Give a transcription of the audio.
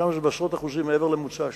שם זה בעשרות אחוזים מעבר לממוצע השנתי.